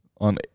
On